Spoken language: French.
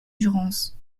durance